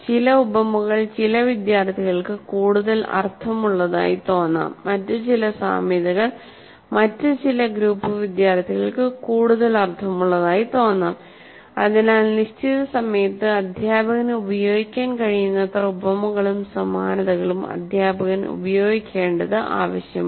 ചില ഉപമകൾ ചില വിദ്യാർത്ഥികൾക്ക് കൂടുതൽ അർത്ഥമുള്ളതായി തോന്നാം മറ്റ് ചില സാമ്യതകൾ മറ്റ് ചില ഗ്രൂപ്പ് വിദ്യാർത്ഥികൾക്ക് കൂടുതൽ അർത്ഥമുള്ളതായി തോന്നാം അതിനാൽ നിശ്ചിത സമയത്ത് അധ്യാപകന് ഉപയോഗിക്കാൻ കഴിയുന്നത്ര ഉപമകളും സമാനതകളും അധ്യാപകൻ ഉപയോഗിക്കേണ്ടത് ആവശ്യമാണ്